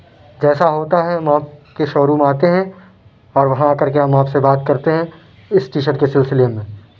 جیسا ہوتا ہے ہم آپ کے شو روم آتے ہیں اور وہاں آ کر کے ہم آپ سے بات كرتے ہیں اِس ٹی شرٹ كے سلسلے میں